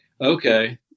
Okay